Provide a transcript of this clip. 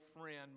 friend